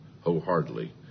wholeheartedly